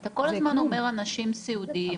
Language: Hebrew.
אתה כל הזמן אומר אנשים סיעודיים,